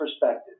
perspective